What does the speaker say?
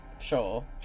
sure